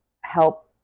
help